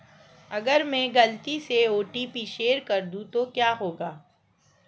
अगर मैं गलती से ओ.टी.पी शेयर कर दूं तो क्या होगा?